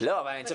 אנחנו מאפשרים